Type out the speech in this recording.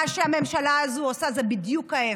מה שהממשלה הזו עושה זה בדיוק ההפך.